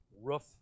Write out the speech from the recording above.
roof